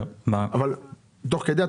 תוך כדי אתה לא יכול לעשות שינוי?